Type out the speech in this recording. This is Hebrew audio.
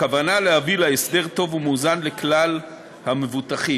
בכוונה להביא להסדר טוב ומאוזן לכלל המבוטחים.